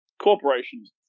corporations